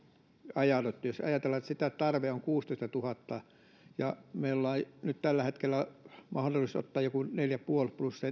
ajautuneet jos ajatellaan sitä että tarve on kuusitoistatuhatta ja meillä on tällä hetkellä mahdollisuus ottaa joku neljätuhattaviisisataa plus